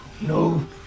no